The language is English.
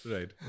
Right